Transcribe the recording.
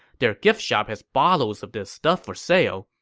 their gift shop has bottles of this stuff for sale.